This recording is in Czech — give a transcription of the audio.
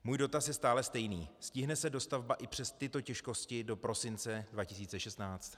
Můj dotaz je stále stejný: Stihne se dostavba i přes tyto těžkosti do prosince 2016?